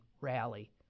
rally